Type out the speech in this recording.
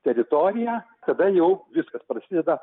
teritoriją tada jau viskas prasideda